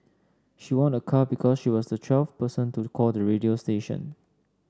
she won a car because she was the twelfth person to call the radio station